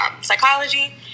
psychology